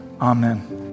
amen